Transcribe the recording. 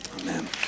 Amen